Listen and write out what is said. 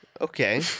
Okay